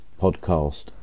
podcast